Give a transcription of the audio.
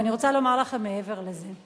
ואני רוצה לומר לכם מעבר לזה.